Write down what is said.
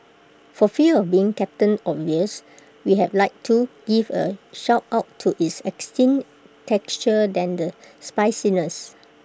for fear of being captain obvious we had like to give A shout out to its extinct texture than the spiciness